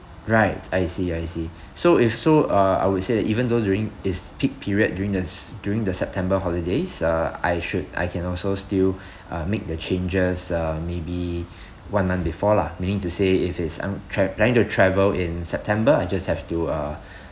right I see I see so if so uh I would say that even though during it's peak period during this during the september holidays uh I should I can also still uh make the changes uh maybe one month before lah meaning to say if it's I'm tra~ planning to travel in september I just have to uh